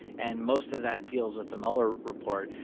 and most of that deals with the mueller report.